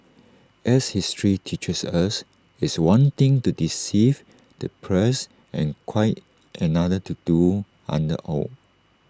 as history teaches us it's one thing to deceive the press and quite another to do so under oath